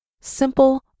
Simple